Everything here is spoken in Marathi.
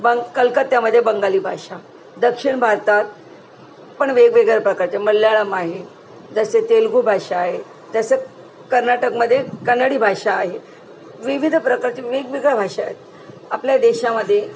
ब कलकत्यामध्ये बंगाली भाषा दक्षिण भारतात पण वेगवेगळ्या प्रकारचे मल्याळम आहे जसे तेलगू भाषा आहे जसं कर्नाटकमध्ये कन्नडी भाषा आहे विविध प्रकारचे वेगवेगळ्या भाषा आहेत आपल्या देशामध्ये